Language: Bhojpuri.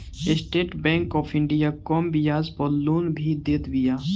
स्टेट बैंक ऑफ़ इंडिया कम बियाज पअ लोन भी देत बिया